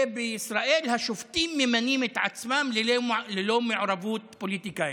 כאילו בישראל השופטים ממנים את עצמם ללא מעורבות פוליטיקאים.